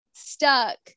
stuck